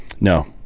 No